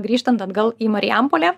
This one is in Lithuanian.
grįžtant atgal į marijampolę